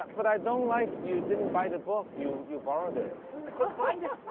but i don't like you didn't buy the book, you. you borrowed it. i couldn't find yeah